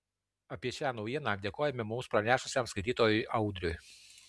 apie šią naujieną dėkojame mums pranešusiam skaitytojui audriui